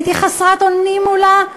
הייתי חסרת אונים מולה.